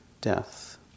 death